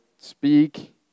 speak